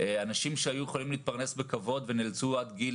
אנשים שהיו יכולים להתפרנס בכבוד ונאלצו עד גיל